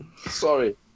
Sorry